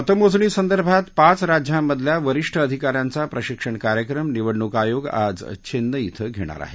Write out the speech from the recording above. मतमोजणी संदर्भात पाच राज्यांमधल्या वरीष्ठ अधिकाऱ्यांचा प्रशिक्षण कार्यक्रम निवडणूक आयोग आज चेन्नई क्वे घेणार आहे